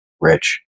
rich